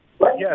Yes